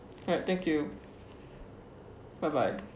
alright thank you bye bye